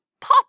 Pop